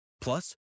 plus